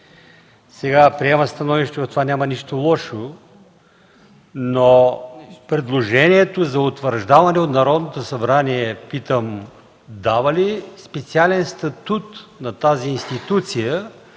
„Приема становище” – в това няма нищо лошо, но предложението за утвърждаване от Народното събрание питам: дава ли специален статут на тази институция,